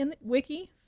Wiki